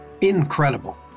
incredible